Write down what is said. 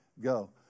Go